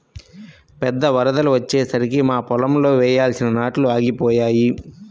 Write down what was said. పెద్ద వరదలు వచ్చేసరికి మా పొలంలో వేయాల్సిన నాట్లు ఆగిపోయాయి